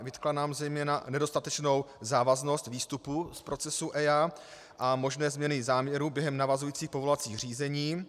Vytkla nám zejména nedostatečnou závaznost výstupů z procesů EIA a možné změny záměrů během navazujících povolovacích řízení.